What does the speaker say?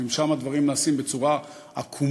ואם שם הדברים נעשים בצורה עקומה,